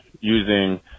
using